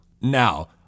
Now